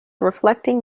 reflecting